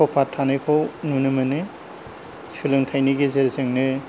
topper थानायखौ नुनो मोनो सोलोंथाइनि गेजेरजोंनो